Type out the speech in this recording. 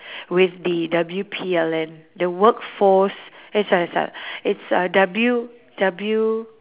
with the W_P_L_N the workforce eh it's uh W W